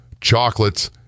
chocolates